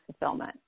fulfillment